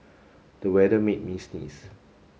the weather made me sneeze